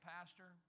Pastor